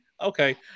okay